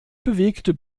bewegte